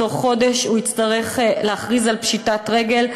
תוך חודש הוא יצטרך להכריז על פשיטת רגל,